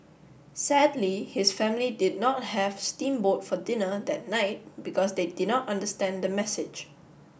sadly his family did not have steam boat for dinner that night because they did not understand the message